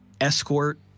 escort